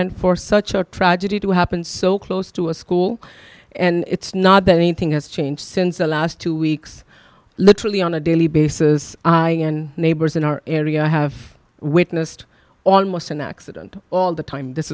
and for such a tragedy to happen so close to a school and it's not that anything has changed since the last two weeks literally on a daily basis and neighbors in our area have witnessed almost an accident all the time this